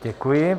Děkuji.